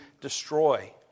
destroy